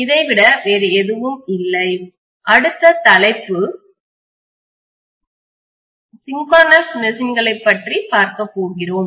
இதை விட வேறு எதுவும் இல்லை அடுத்த தலைப்பு சின்க்ரோனஸ் மெஷின்களை பற்றி பார்க்க போகிறோம்